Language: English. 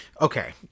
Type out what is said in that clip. okay